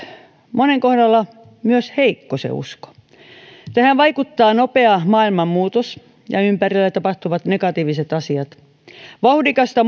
monen kohdalla myös heikko tähän vaikuttaa nopea maailman muutos ja ympärillä tapahtuvat negatiiviset asiat vauhdikkaasta